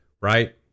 right